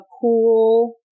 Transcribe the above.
pool